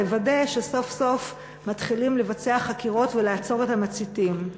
תוודא שסוף-סוף מתחילים לבצע חקירות ולעצור את המציתים?